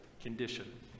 condition